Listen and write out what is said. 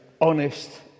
honest